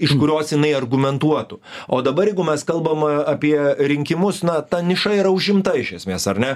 iš kurios jinai argumentuotų o dabar jeigu mes kalbam apie rinkimus na ta niša yra užimta iš esmės ar ne